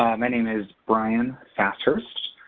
my name is brian sass-hurst.